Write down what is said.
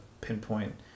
pinpoint